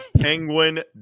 Penguin